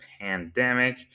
pandemic